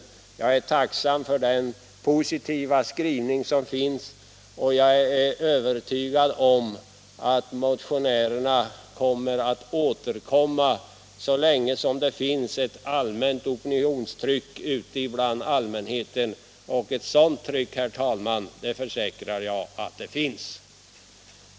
Naturligtvis är jag tacksam för den positiva skrivningen i betänkandet, och vi motionärer skall återkomma så länge det finns ett allmänt opinionstryck ute bland allmänheten. Och ett sådant tryck, herr talman, försäkrar jag att det finns.